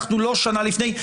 אנחנו לא שנה לפני,